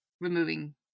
removing